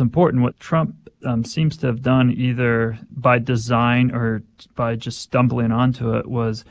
important what trump seems to have done either by design or by just stumbling onto it was